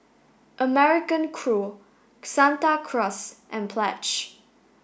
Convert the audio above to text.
American Crew Santa Cruz and Pledge